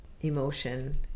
emotion